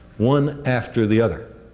one after the other.